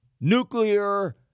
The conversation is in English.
Nuclear